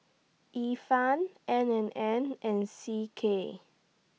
Ifan N and N and C K